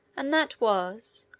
and that was,